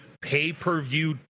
pay-per-view